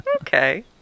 Okay